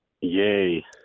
Yay